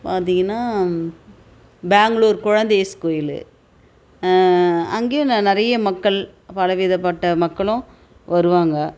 பார்த்திங்கன்னா பெங்களூர் குழந்தை இயேசு கோயில் அங்கேயும் ந நிறைய மக்கள் பல விதப்பட்ட மக்களும் வருவாங்க